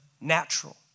natural